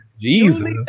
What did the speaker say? Jesus